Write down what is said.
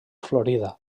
florida